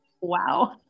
Wow